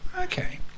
Okay